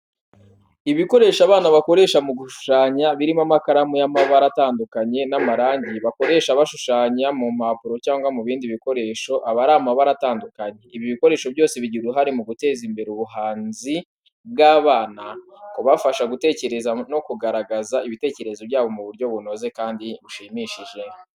Ibikoresho abana bakoresha mu gushushanya birimo amakaramu y'amabara atandukanye, n'amarangi bakoresha bashushanya ku mpapuro cyangwa ku bindi bikoresho aba ari mu mabara atandukanye. Ibi bikoresho byose bigira uruhare mu guteza imbere ubuhanzi bw'abana, kubafasha gutekereza no kugaragaza ibitekerezo byabo mu buryo bunoze kandi bushimishije.